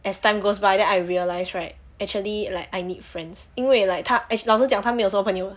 as time goes by then I realise right actually like I need friends 因为 like 她老实讲她没有什么朋友的